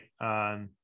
right